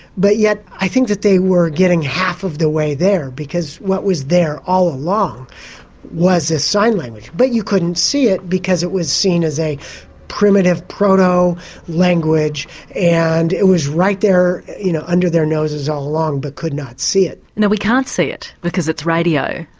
but yet i think that they were getting half of the way there, because what was there all along was a sign language, but you couldn't see it because it was seen as a primitive proto-language and it was right there you know under their noses noses all along but could not see it. no, we can't see it, because it's radio.